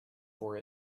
for